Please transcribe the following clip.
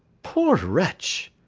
poor wretch!